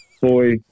Boy